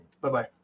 Bye-bye